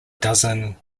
dozen